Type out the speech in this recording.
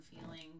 feeling